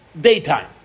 daytime